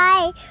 Bye